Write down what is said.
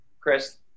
Chris